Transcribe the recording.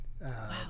Wow